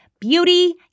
Beauty